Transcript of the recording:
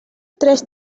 tres